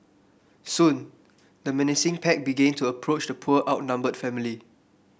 soon the menacing pack begin to approach the poor outnumbered family